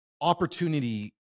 opportunity